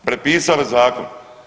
Prepisali zakon!